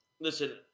listen